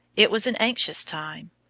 it was an anxious time.